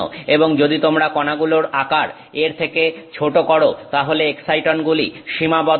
এবং যদি তোমরা কণাগুলোর আকার এর থেকে ছোট করো তাহলে এক্সাইটনগুলি সীমাবদ্ধ হয়